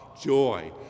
joy